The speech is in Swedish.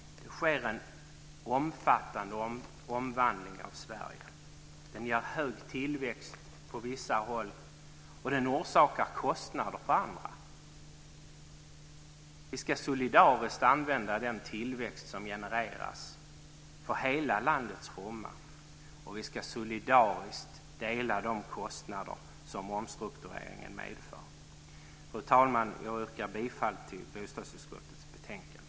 Det sker en omfattande omvandling av Sverige. Den ger hög tillväxt på vissa håll och orsakar kostnader på andra håll. Vi ska solidariskt använda den tillväxt som genereras för hela landets omvandling, och vi ska solidariskt dela de kostnader som omstruktureringen medför. Fru talman! Jag yrkar bifall till bostadsutskottets förslag i betänkandet.